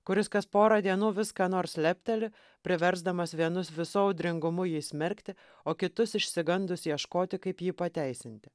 kuris kas porą dienų vis ką nors lepteli priversdamas vienus visu audringumu jį smerkti o kitus išsigandus ieškoti kaip jį pateisinti